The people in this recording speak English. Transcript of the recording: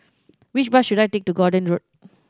which bus should I take to Gordon Road